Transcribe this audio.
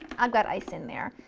i've got ice in there,